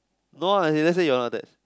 no ah he didn't say you not text